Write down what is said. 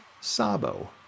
Sabo